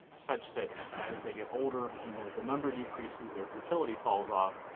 such that as they get older and as the number decreases, their fertility falls off.